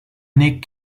nick